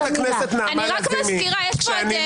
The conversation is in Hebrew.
אני רק מזכירה -- חברת הכנסת נעמה לזימי,